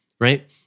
Right